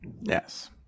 Yes